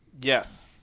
Yes